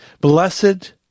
Blessed